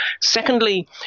Secondly